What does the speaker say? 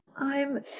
i'm